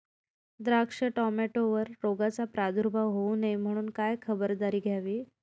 द्राक्ष, टोमॅटोवर रोगाचा प्रादुर्भाव होऊ नये म्हणून काय खबरदारी घ्यावी?